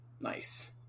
Nice